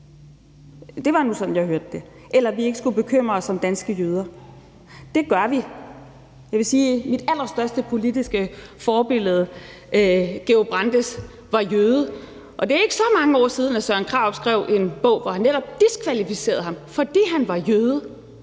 det var sådan, jeg hørte det – eller for, at vi ikke skulle bekymre os om danske jøder. Det gør vi. Jeg vil sige, at mit allerstørste politiske forbillede, Georg Brandes, var jøde, og det er ikke så mange år siden, at Søren Krarup skrev en bog, hvor han netop diskvalificerede ham, fordi han var jøde.